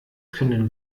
können